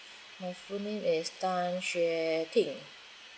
my full name is tan xue ting